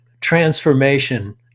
transformation